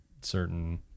certain